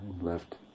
left